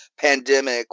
pandemic